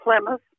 Plymouth